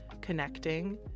connecting